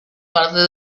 parte